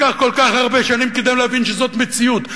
לקח כל כך הרבה שנים כדי להבין שזאת מציאות.